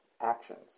actions